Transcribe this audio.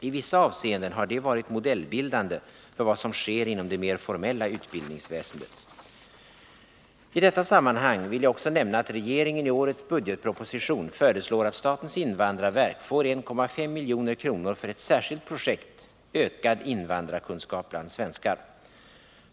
I vissa avseenden har de varit modellbildande för vad som sker inom det mer formella utbildningsväsendet. I detta sammanhang vill jag också nämna att regeringen i årets budgetproposition föreslår att statens invandrarverk får 1,5 milj.kr. för ett särskilt projekt, ”Ökad invandrarkunskap bland svenskar”.